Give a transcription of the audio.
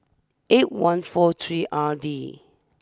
eight one four three R D